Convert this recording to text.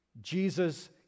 Jesus